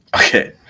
Okay